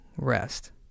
Rest